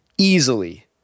easily